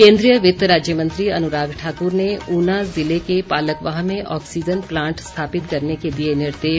केन्द्रीय वित्त राज्य मंत्री अनुराग ठाकुर ने ऊना ज़िले के पालकवाह में ऑक्सीज़न प्लांट स्थापित करने के दिए निर्देश